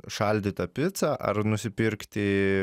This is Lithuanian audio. šaldytą picą ar nusipirkti